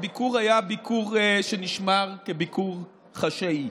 הביקור היה ביקור שנשמר כביקור חשאי,